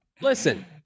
Listen